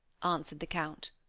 answered the count.